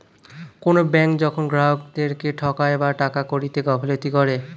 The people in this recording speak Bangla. কোনো ব্যাঙ্ক যখন গ্রাহকদেরকে ঠকায় বা টাকা কড়িতে গাফিলতি করে